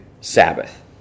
Sabbath